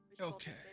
Okay